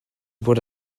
bod